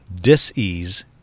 dis-ease